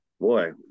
boy